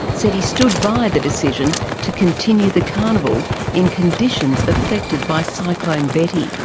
said he stood by the decision to continue the carnival in conditions affected by cyclone betty.